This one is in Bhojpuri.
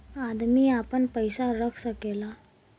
अदमी आपन पइसा रख सकेला